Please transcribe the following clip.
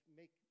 make